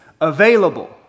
available